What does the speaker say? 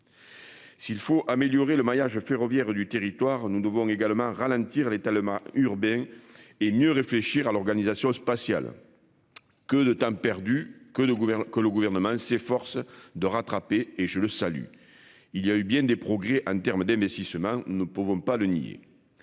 S'il faut améliorer le maillage ferroviaire du territoire, nous devons également ralentir l'étalement urbain et mieux réfléchir à l'organisation spatiale. Que de temps perdu que nos gouvernants que le gouvernement s'efforce de rattraper et je le salue. Il y a eu bien des progrès en termes de. Si seulement nous ne pouvons pas le nier.